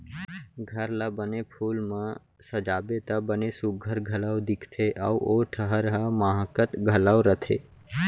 घर ला बने फूल म सजाबे त बने सुग्घर घलौ दिखथे अउ ओ ठहर ह माहकत घलौ रथे